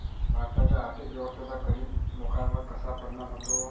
भारताच्या आर्थिक व्यवस्थेचा गरीब लोकांवर कसा परिणाम होतो?